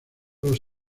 los